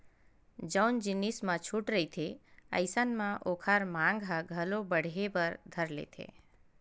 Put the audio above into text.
जउन जिनिस म छूट रहिथे अइसन म ओखर मांग ह घलो बड़हे बर धर लेथे